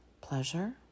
pleasure